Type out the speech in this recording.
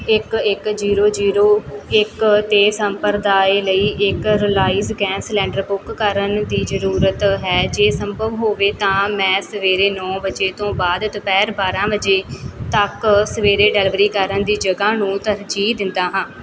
ਇੱਕ ਇੱਕ zero zero ਇੱਕ 'ਤੇ ਸਪੁਰਦਗੀ ਲਈ ਇੱਕ ਰਿਲਾਇੰਸ ਗੈਸ ਸਿਲੰਡਰ ਬੁੱਕ ਕਰਨ ਦੀ ਜ਼ਰੂਰਤ ਹੈ ਜੇ ਸੰਭਵ ਹੋਵੇ ਤਾਂ ਮੈਂ ਸਵੇਰੇ ਨੌਂ ਵਜੇ ਤੋਂ ਬਾਅਦ ਦੁਪਹਿਰ ਬਾਰ੍ਹਾਂ ਵਜੇ ਤੱਕ ਸਵੇਰੇ ਡਿਲਿਵਰੀ ਕਰਨ ਦੀ ਜਗ੍ਹਾ ਨੂੰ ਤਰਜੀਹ ਦਿੰਦਾ ਹਾਂ